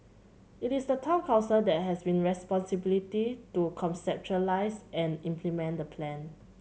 it is the Town Council that has been responsibility to conceptualise and implement the plan